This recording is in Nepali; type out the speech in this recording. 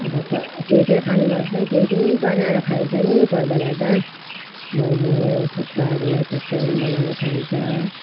अब कोही के के खानु माग्छ त्यही त्यही बनाएर खाइन्छ पनि कोही बेला त मम थुक्पाहरू हो त्यस्तोहरू बनाएर खाइन्छ